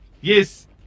Yes